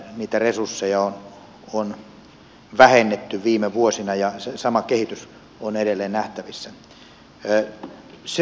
niitä resursseja on vähennetty viime vuosina ja se sama kehitys on edelleen nähtävissä